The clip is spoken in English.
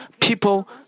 people